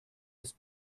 ist